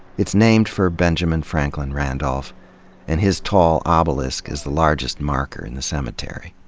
it's named for benjamin franklin randolph and his tall ah obelisk is the largest marker in the cemetery.